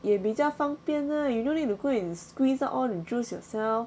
也比较方便 lah you no need to go and squeeze out all the juice yourself